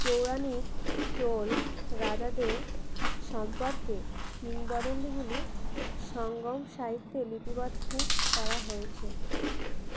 পৌরাণিক চোল রাজাদের সম্পর্কে কিম্বদন্তীগুলি সংগম সাহিত্যে লিপিবদ্ধ করা হয়েছে